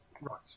Right